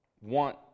want